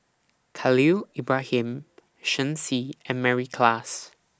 Khalil Ibrahim Shen Xi and Mary Klass